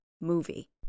movie